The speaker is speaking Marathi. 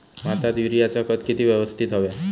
भाताक युरियाचा खत किती यवस्तित हव्या?